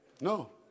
No